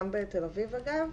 גם בתל אביב אגב,